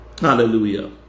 Hallelujah